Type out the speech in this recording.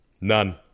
None